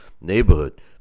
Neighborhood